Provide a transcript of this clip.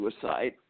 suicide